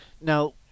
Now